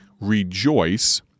Rejoice